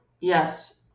Yes